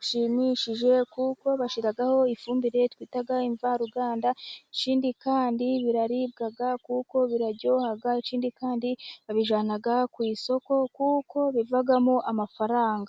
ushimishije, kuko bashyiraho ifumbire twita imvaruganda. Ikindi kandi biraribwa kuko biraryoha. Ikindi kandi babijyana ku isoko, kuko bivamo amafaranga.